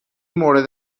مورد